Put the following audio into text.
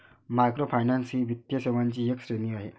microfinance ही वित्तीय सेवांची एक श्रेणी आहे